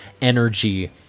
energy